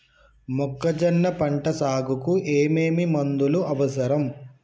మొక్కజొన్న పంట సాగుకు ఏమేమి మందులు అవసరం?